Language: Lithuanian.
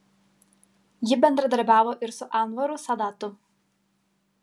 ji bendradarbiavo ir su anvaru sadatu